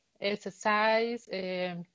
exercise